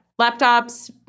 Laptops